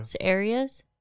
areas